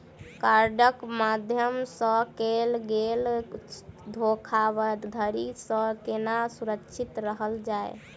कार्डक माध्यम सँ कैल गेल धोखाधड़ी सँ केना सुरक्षित रहल जाए?